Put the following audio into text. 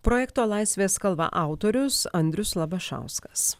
projekto laisvės kalva autorius andrius labašauskas